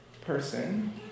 person